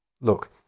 Look